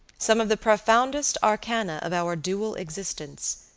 some of the profoundest arcana of our dual existence,